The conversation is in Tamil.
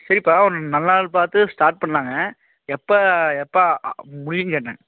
சரிப்பா ஒரு நல்ல நாள் பார்த்து ஸ்டார்ட் பண்ணலாங்க எப்போ எப்போ ஆஆ முடியும்ன் கேட்டேன்